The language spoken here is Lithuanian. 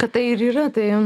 kad tai ir yra tai